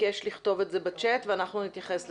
מתבקש לכתוב בצ'ט ואנחנו נתייחס לזה.